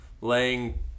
laying –